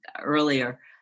earlier